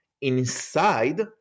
inside